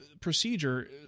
procedure